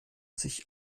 sich